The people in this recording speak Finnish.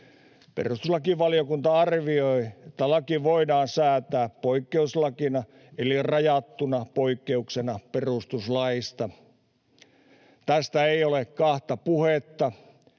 Perustuslakivaliokunta arvioi, että laki voidaan säätää poikkeuslakina eli rajattuna poikkeuksena perustuslaista. Tästä ei ole kahta puhetta,